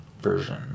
version